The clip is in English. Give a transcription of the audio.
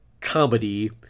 comedy